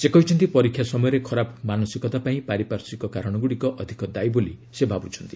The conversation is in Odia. ସେ କହିଛନ୍ତି ପରୀକ୍ଷା ସମୟରେ ଖରାପ ମାନସିକତା ପାଇଁ ପାରିପାର୍ଶ୍ୱିକ କାରଣଗୁଡ଼ିକ ଅଧିକ ଦାୟି ବୋଲି ସେ ଭାବୁଛନ୍ତି